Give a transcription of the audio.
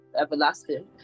everlasting